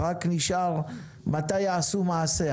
רק נשאר מתי יעשו מעשה,